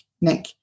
Nick